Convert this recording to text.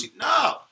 No